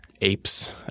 apes